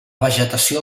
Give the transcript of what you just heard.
vegetació